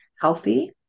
healthy